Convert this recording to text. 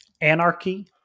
Anarchy